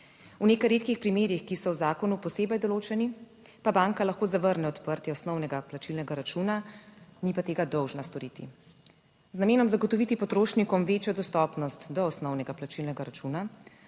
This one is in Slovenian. V nekaj redkih primerih, ki so v zakonu posebej določeni, pa banka lahko zavrne odprtje osnovnega plačilnega računa, ni pa tega dolžna storiti. Z namenom zagotoviti potrošnikom večjo dostopnost do osnovnega plačilnega računa